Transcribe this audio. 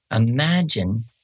imagine